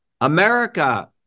America